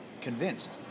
convinced